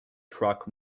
truck